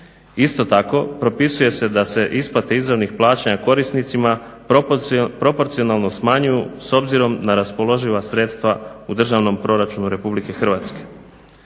Isto tako propisuje se da se isplate izravnih plaćanja korisnicima proporcionalno smanjuju s obzirom na raspoloživa sredstva u Državnom proračunu RH. Uređuje